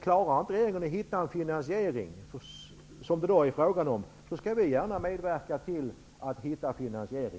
Klarar inte regeringen att hitta en finansiering, vilket det då är fråga om, skall vi gärna medverka till att hitta finansieringen.